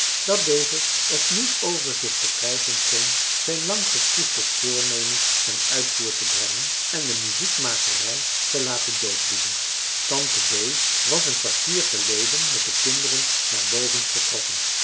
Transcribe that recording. dat deze het niet over zich verkrijgen kon zijn lang gekoesterd voornemen ten uitvoer te brengen en de muziekmakerij te laten doodbloeden tante bee was een kwartier geleden met de kinderen naar boven vertrokken